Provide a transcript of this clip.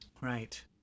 Right